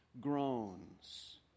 groans